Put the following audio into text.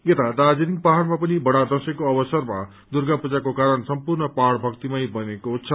यता दार्जीलिङ पहाड़मा पनि बडा दशैको अवसरमा दुर्गा पूजाको कारण सम्पूर्ण पहाड़ भक्तिमय बनिएको छ